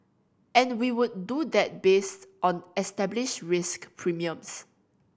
and we would do that based on established risk premiums